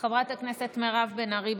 חברת הכנסת מירב בן ארי,